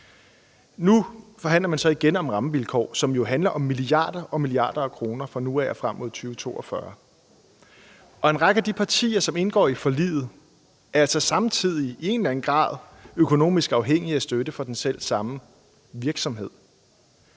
Nu forhandler man så igen om rammevilkår, som jo handler om milliarder og milliarder af kroner fra nu til 2042. En række af de partier, som indgår i forliget, er altså samtidig i en eller anden grad økonomisk afhængige af støtte fra selv samme virksomhed.